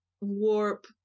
warp